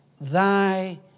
thy